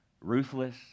ruthless